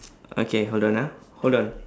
okay hold on ah hold on